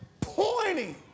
pointing